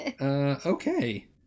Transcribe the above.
okay